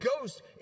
ghost